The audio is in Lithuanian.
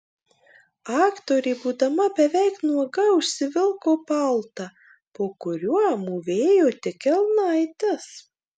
aktorė būdama beveik nuoga užsivilko paltą po kuriuo mūvėjo tik kelnaites